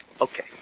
Okay